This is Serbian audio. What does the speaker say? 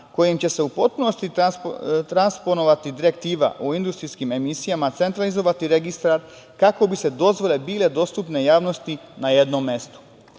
kojim će se u potpunosti transponovati direktiva u industrijskim emisijama centralizovati registar kako bi dozvole bile dostupne javnosti na jednom mestu.U